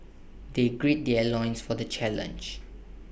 they grill their loins for the challenge